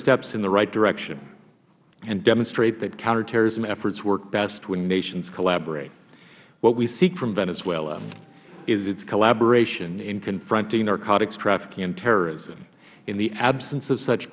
steps in the right direction and demonstrate that counterterrorism efforts work best when nations collaborate what we seek from venezuela is its collaboration in confronting narcotics trafficking and terrorism in the absence of such